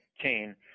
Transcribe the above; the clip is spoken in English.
chain